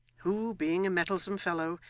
who, being a mettlesome fellow,